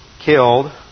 killed